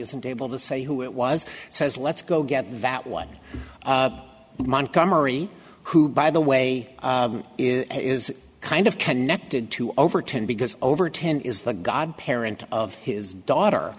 isn't able to say who it was says let's go get that one montgomery who by the way is kind of connected to overton because over ten is the godparent of his daughter